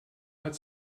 hat